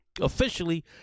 Officially